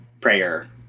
prayer